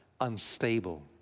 unstable